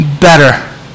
better